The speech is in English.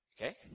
Okay